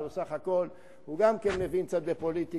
הלוא בסך הכול הוא גם מבין קצת בפוליטיקה,